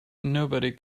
nobody